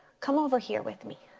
come over here with me.